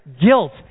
guilt